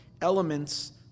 elements